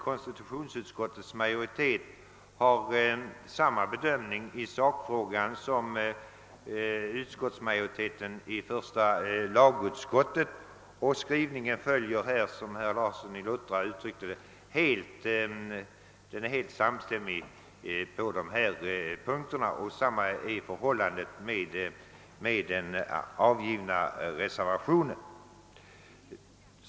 Konstitutionsutskottsmajoriteten har gjort samma bedömning 1 sakfrågan som majoriteten i första lagutskottet, och de båda utskottens skrivning är, som herr Larsson i Luttra framhöll, helt samstämmig på denna punkt. Detsamma är förhållandet med de till de båda utlåtandena avgivna reservationerna.